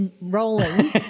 rolling